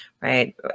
right